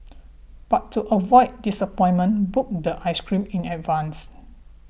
but to avoid disappointment book the ice cream in advance